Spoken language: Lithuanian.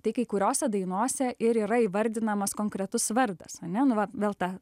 tai kai kuriose dainose ir yra įvardinamas konkretus vardas ane nu va vėl ta